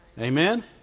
Amen